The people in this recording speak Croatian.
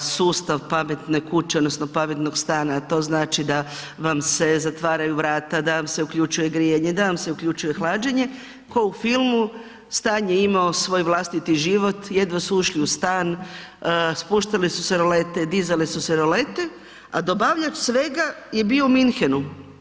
sustav pametne kuće, odnosno pametnog stana a to znači da vam se zatvaraju vrata, da vam se uključuje grijanje, da vam se uključuje hlađenje, kao u filmu, stan je imao svoj vlastiti život, jedva su ušli u stan, spuštale su se rolete, dizale su se rolete a dobavljač svega je bio u Munchenu.